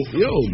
yo